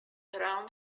round